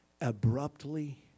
abruptly